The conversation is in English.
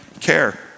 care